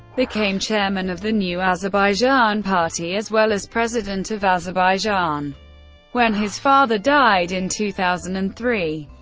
became chairman of the new azerbaijan party as well as president of azerbaijan when his father died in two thousand and three.